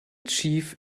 chief